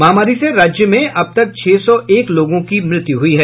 महामारी से राज्य में अब तक छह सौ एक लोगों की मृत्यु हुई है